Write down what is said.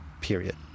period